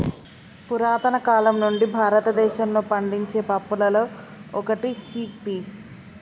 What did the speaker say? పురతన కాలం నుండి భారతదేశంలో పండించే పప్పులలో ఒకటి చిక్ పీస్